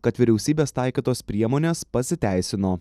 kad vyriausybės taikytos priemonės pasiteisino